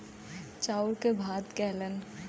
चाउर के भात कहेलन